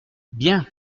bien